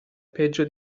peggio